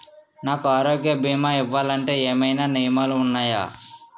నాకు ఆరోగ్య భీమా ఇవ్వాలంటే ఏమైనా నియమాలు వున్నాయా?